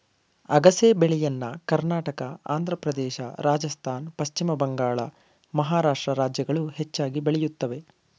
ಅಗಸೆ ಬೆಳೆಯನ್ನ ಕರ್ನಾಟಕ, ಆಂಧ್ರಪ್ರದೇಶ, ರಾಜಸ್ಥಾನ್, ಪಶ್ಚಿಮ ಬಂಗಾಳ, ಮಹಾರಾಷ್ಟ್ರ ರಾಜ್ಯಗಳು ಹೆಚ್ಚಾಗಿ ಬೆಳೆಯುತ್ತವೆ